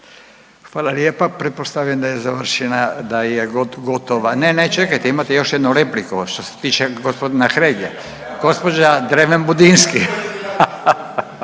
Hvala lijepa. Pretpostavljam da je završena, da je gotova, ne, ne, čekajte imate još jednu repliku što se tiče g. Hrelje. Gđa. Dreven Budinski.